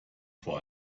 vor